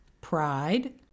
pride